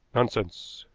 nonsense!